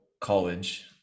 college